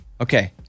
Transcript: Okay